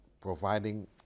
providing